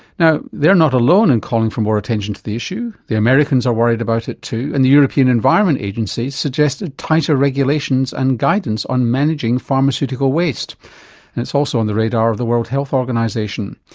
now they're not alone in calling for more attention to the issue, the americans are worried about it too and the european environment agencies suggested tighter regulations and guidance on managing pharmaceutical waste. and it's also on the radar of the world health organisation.